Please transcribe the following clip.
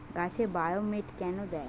গাছে বায়োমেট কেন দেয়?